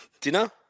dinner